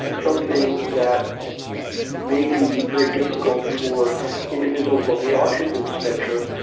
something that may be very difficult for individuals on the autism spectrum,